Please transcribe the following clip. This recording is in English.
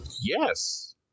Yes